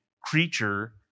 creature